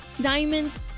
Diamonds